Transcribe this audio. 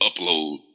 upload